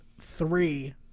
three